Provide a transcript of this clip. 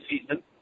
season